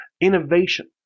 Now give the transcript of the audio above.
Innovation